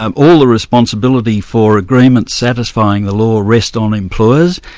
um all the responsibility for agreements satisfying the law rest on employers.